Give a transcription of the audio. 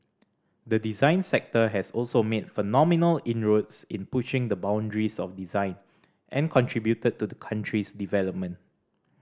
the design sector has also made phenomenal inroads in pushing the boundaries of design and contributed to the country's development